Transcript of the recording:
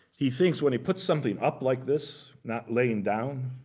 he thinks when he puts something up like this, not laying down,